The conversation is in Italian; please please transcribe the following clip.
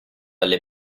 alle